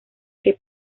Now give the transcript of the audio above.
que